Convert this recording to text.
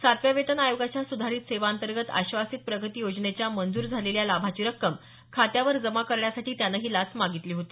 सातव्या वेतन आयोगाच्या सुधारीत सेवा अंतर्गत आश्वासीत प्रगती योजनेच्या मंजूर झालेल्या लाभाची रक्कम खात्यावर जमा करण्यासाठी त्यानं ही लाच मागितली होती